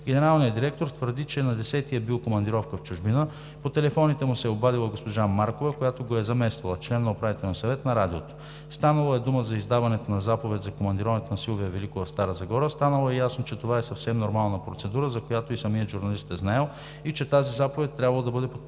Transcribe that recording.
Генералният директор твърди, че на десети е бил в командировка в чужбина. По телефона му се е обадила госпожа Маркова, която го е замествала, член на Управителния съвет на Радиото. Станало е дума за издаването на заповед за командироването на Силвия Великова в Стара Загора, станало е ясно, че това е съвсем нормална процедура, за която и самият журналист е знаел, и че тази заповед трябвало да бъде подписана.